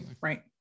Right